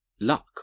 luck